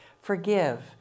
Forgive